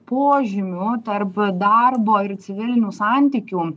požymių tarp darbo ir civilinių santykių